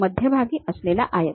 मध्यभागी असलेला आयत